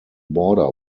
border